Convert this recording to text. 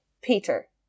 Peter